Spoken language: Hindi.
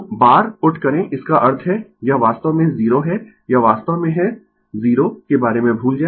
तो बार पुट करें इसका अर्थ है यह वास्तव में 0 है यह वास्तव में है 0 के बारे में भूल जाएँ